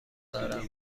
دارم